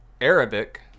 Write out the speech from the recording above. Arabic